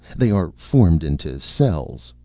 they are formed into cells.